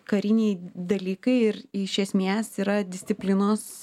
kariniai dalykai ir iš esmės yra disciplinos